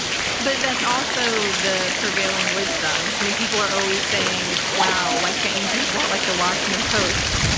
but that's also the prevailing wisdom. i mean, people are always saying, wow, why can't you be more like the washington post?